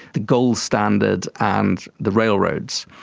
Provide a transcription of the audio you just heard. the gold standard and the railroads.